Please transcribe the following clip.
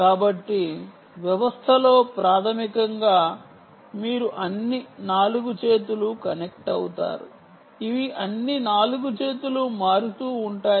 కాబట్టి వ్యవస్థలో ప్రాథమికంగా మీరు అన్ని 4 చేతులు కనెక్ట్ అవుతారు ఇవి అన్ని 4 చేతులు మారుతూ ఉంటాయి